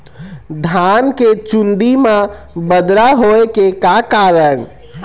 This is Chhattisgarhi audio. धान के चुन्दी मा बदरा होय के का कारण?